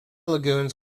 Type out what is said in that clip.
lagoons